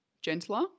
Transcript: gentler